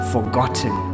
forgotten